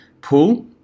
pull